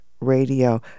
Radio